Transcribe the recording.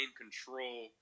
control